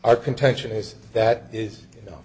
our contention is that is you know